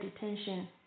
detention